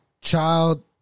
child